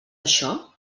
això